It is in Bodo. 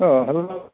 अ हेल'